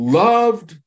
loved